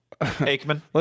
Aikman